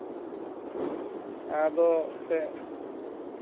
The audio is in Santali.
ᱟᱫᱚ ᱮᱱᱛᱮᱜ